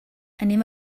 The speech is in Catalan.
anem